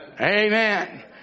Amen